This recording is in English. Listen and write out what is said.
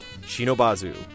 Shinobazu